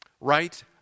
Right